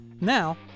Now